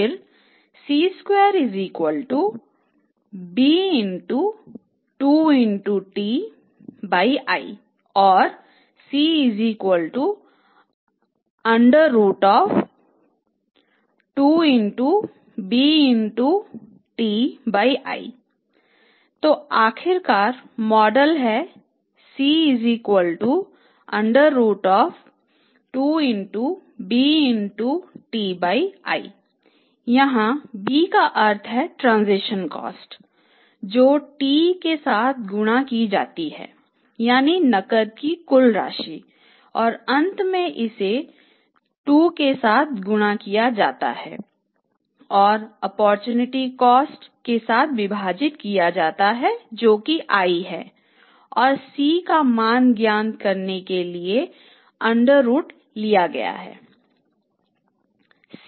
फिर और C तो आखिरकार मॉडल है C यहां b का अर्थ है ट्रांसेक्शन कॉस्टसे विभाजित किया जाता है जो कि i है और C का मान ज्ञात करने के लिए अंडर रूट लिया गया है